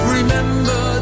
Remember